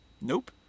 Nope